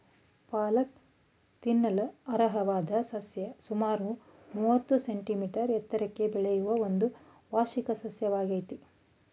ಪಾಲಕ್ ತಿನ್ನಲರ್ಹವಾದ ಸಸ್ಯ ಸುಮಾರು ಮೂವತ್ತು ಸೆಂಟಿಮೀಟರ್ ಎತ್ತರಕ್ಕೆ ಬೆಳೆಯುವ ಒಂದು ವಾರ್ಷಿಕ ಸಸ್ಯವಾಗಯ್ತೆ